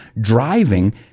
driving